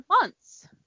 months